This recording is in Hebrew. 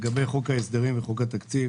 לגבי חוק ההסדרים וחוק התקציב